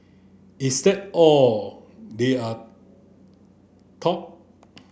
is that all they are